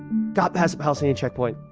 got past the palestinian checkpoint,